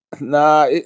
Nah